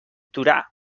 torà